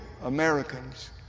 Americans